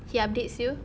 he updates you